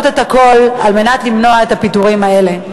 את הכול על מנת למנוע את הפיטורים האלה.